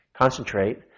concentrate